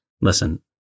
Listen